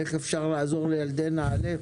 איך אפשר לעזור לילדי נעל"ה?